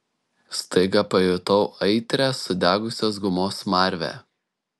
staiga pajutau aitrią sudegusios gumos smarvę